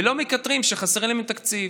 ולא מקטרים שחסר להם תקציב.